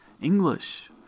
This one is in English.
English